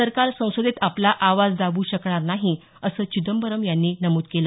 सरकार संसदेत आपला आवाज दाबू शकणार नाही असं चिदंबरम यांनी नमूद केलं